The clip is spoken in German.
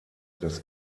das